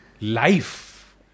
life